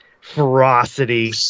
ferocity